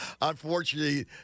Unfortunately